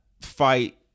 fight